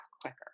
quicker